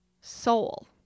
soul